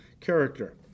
character